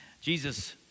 Jesus